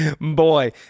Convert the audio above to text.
Boy